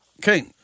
Okay